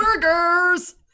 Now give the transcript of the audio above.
Burgers